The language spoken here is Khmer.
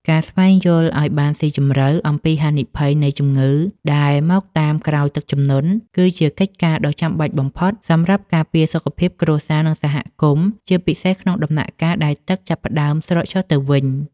ការស្វែងយល់ឱ្យបានស៊ីជម្រៅអំពីហានិភ័យនៃជំងឺដែលមកតាមក្រោយទឹកជំនន់ គឺជាកិច្ចការដ៏ចាំបាច់បំផុតសម្រាប់ការពារសុខភាពគ្រួសារ និងសហគមន៍ ជាពិសេសក្នុងដំណាក់កាលដែលទឹកចាប់ផ្តើមស្រកចុះទៅវិញ។